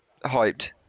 hyped